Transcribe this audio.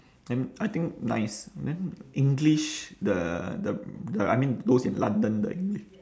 then I think nice then english the the the I mean those in london the english